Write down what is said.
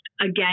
again